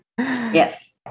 Yes